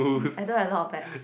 I don't have a lot of bags